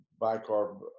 bicarb